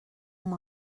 amb